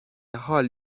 حال